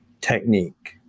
technique